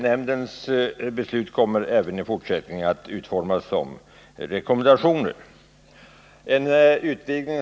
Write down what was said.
Nämndens beslut kommer även i fortsättningen att utformas som rekommendationer.